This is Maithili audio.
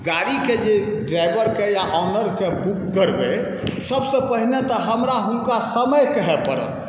गाड़ीके जे ड्राइवरके या ऑनरके बुक करबै तऽ सबसँ पहिने तऽ हमरा हुनका समय कहऽ पड़त